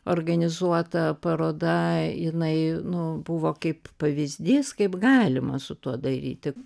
organizuota paroda jinai nu buvo kaip pavyzdys kaip galima su tuo daryti